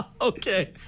Okay